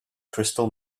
crystal